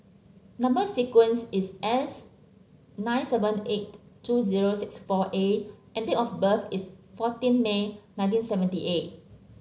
number sequence is S nine seven eight two zero six four A and date of birth is fourteen May nineteen seventy eight